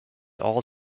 all